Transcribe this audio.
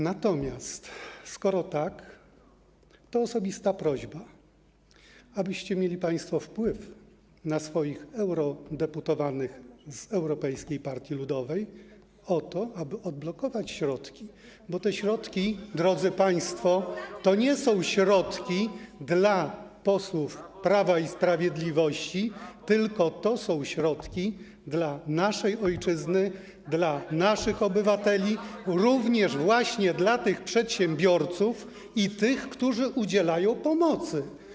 Natomiast skoro tak, to osobista prośba o to, abyście mieli państwo wpływ na swoich eurodeputowanych z Europejskiej Partii Ludowej, o to, aby odblokować środki, bo te środki, drodzy państwo, to nie są środki dla posłów Prawa i Sprawiedliwości, tylko to są środki dla naszej ojczyzny, dla naszych obywateli, również właśnie dla tych przedsiębiorców i tych, którzy udzielają pomocy.